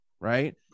right